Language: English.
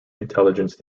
intelligence